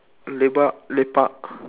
lepak lepak